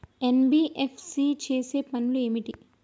NBFC చేసే పనులు ఏమిటి?